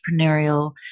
entrepreneurial